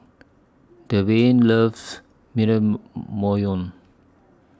Dwyane loves Naengmyeon